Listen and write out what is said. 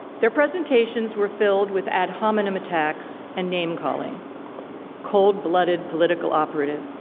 their presentations were filled with ad hominem attacks and name-calling cold-blooded political operative,